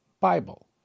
Bible